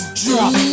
drop